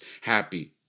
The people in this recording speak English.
happy